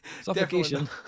Suffocation